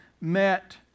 met